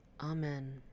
Amen